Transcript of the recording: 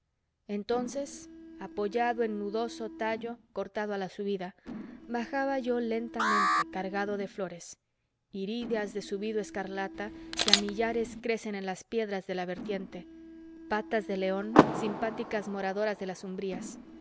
entonces apoyado en nudoso tallo cortado a la subida bajaba yo lentamente cargado de flores irídeas de subido escarlata que a millares crecen entre las piedras de la vertiente patas de león simpáticas moradoras de las umbrías